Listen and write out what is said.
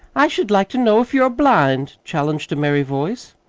i should like to know if you're blind! challenged a merry voice.